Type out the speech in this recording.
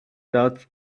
that